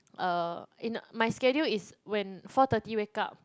uh in my schedule is when four thirty wake up